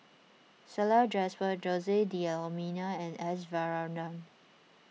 Salleh Japar Jose D'Almeida and S Varathan